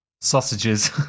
Sausages